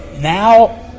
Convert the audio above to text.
now